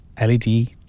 led